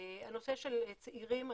הנושא של צעירים.